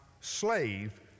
slave